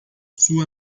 sua